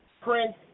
Prince